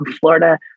Florida